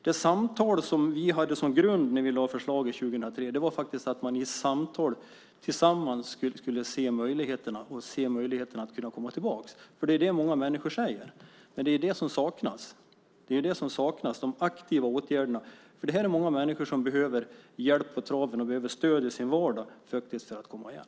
Det samtal som vi hade som grund när vi lade fram förslaget 2003 var att man i samtal tillsammans skulle se möjligheterna att komma tillbaka, för det är det många människor säger. Men det är de aktiva åtgärderna som saknas. Många människor behöver hjälp på traven och stöd i sin vardag för att komma igen.